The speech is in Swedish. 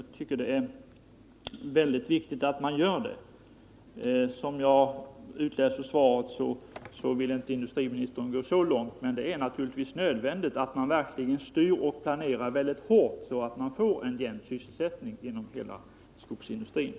Jag tycker det är väldigt viktigt att göra det. Som jag utläser svaret vill inte industriministern gå så långt, men det är nödvändigt att man verkligen styr och planerar mycket hårt så att man får en jämn sysselsättning inom hela skogsnäringen.